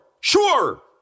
Sure